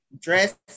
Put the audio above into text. dress